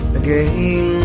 again